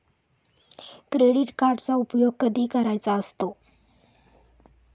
Credit कार्डचा उपयोग कधी करायचा असतो?